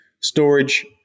storage